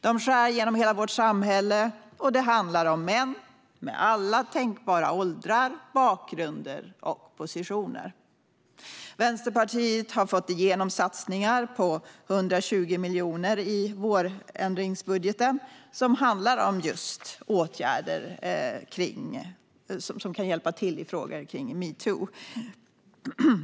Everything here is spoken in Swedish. De skär genom hela vårt samhälle, och det handlar om män med alla tänkbara åldrar, bakgrunder och positioner. Vänsterpartiet har fått igenom satsningar på 120 miljoner i vårändringsbudgeten just för åtgärder som kan hjälpa till i frågor kring metoo.